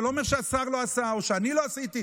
זה לא אומר שהשר לא עשה או שאני לא עשיתי.